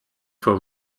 for